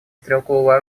стрелкового